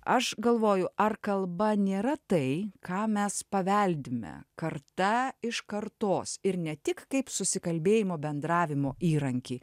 aš galvoju ar kalba nėra tai ką mes paveldime karta iš kartos ir ne tik kaip susikalbėjimo bendravimo įrankį